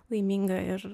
laiminga ir